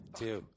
Two